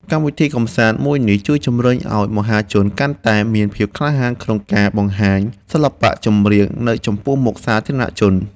កម្មវិធីកម្សាន្តមួយនេះជួយជម្រុញឱ្យមហាជនកាន់តែមានភាពក្លាហានក្នុងការបង្ហាញសិល្បៈចម្រៀងនៅចំពោះមុខសាធារណជន។